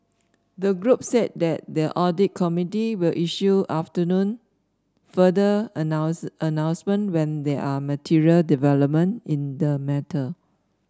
the group said that the audit committee will issue afternoon further announce announcement when there are material development in the matter